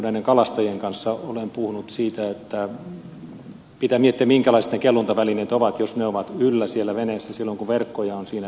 näiden kalastajien kanssa olen puhunut siitä että pitää miettiä minkälaiset ne kelluntavälineet ovat jos ne ovat yllä siellä veneessä silloin kun verkkoja on siinä veneessä